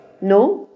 No